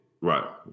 Right